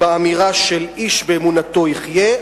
באמירה של איש באמונתו יחיה,